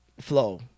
Flow